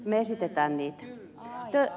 me esitämme niitä